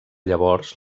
llavors